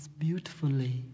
beautifully